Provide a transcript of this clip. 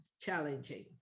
challenging